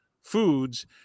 foods